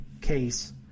case